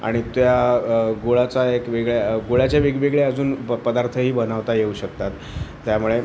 आणि त्या गुळाचा एक वेगळ्या गुळाच्या वेगवेगळ्या अजून प पदार्थही बनवता येऊ शकतात त्यामुळे